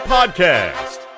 Podcast